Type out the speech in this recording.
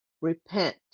repent